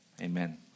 Amen